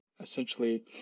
essentially